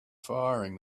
firing